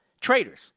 traitors